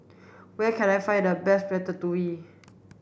where can I find the best Ratatouille